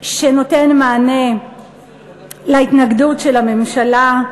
שנותן מענה להתנגדות של הממשלה.